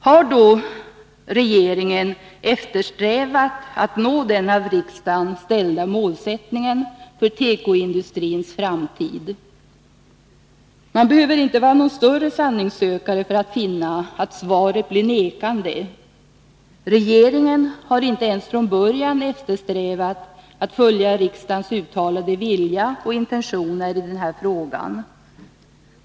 Har då regeringen eftersträvat att nå det av riksdagen uppställda målet för tekoindustrins framtid? Man behöver inte vara någon större sanningssökare för att finna att svaret blir nekande. Regeringen har inte ens från början eftersträvat att följa riksdagens uttalade vilja och intentioner i den här frågan.